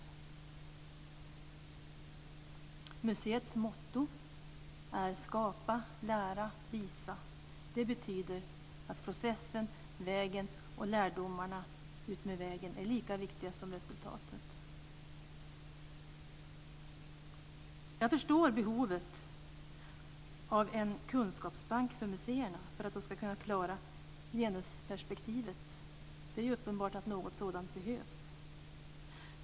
Museets motto är Skapa, lära, visa. Det betyder att processen, vägen och lärdomarna utmed vägen är lika viktiga som resultatet. Jag förstår behovet av en kunskapsbank för museerna för att de ska kunna klara genusperspektivet. Det är uppenbart att något sådant behövs.